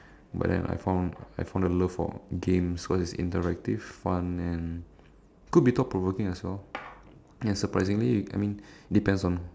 but then I found I found a love for games cause it's interactive one and could be thought provoking as well ya surprisingly I mean depends on